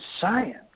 science